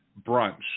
brunch